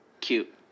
cute